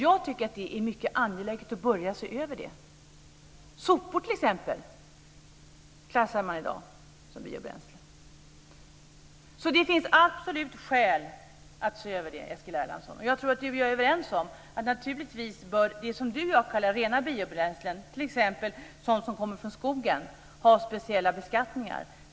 Jag tycker att det är mycket angeläget att börja se över detta. Eftersom man klassar t.ex. sopor som biobränslen i dag så finns det absolut skäl att se över detta. Jag tror att Eskil Erlandsson och jag är överens om att det som han och jag kallar rena biobränslen, t.ex. sådant som kommer från skogen, naturligtvis bör ha speciella beskattningar.